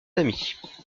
amis